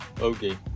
okay